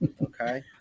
Okay